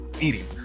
eating